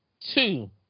two